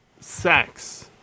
sex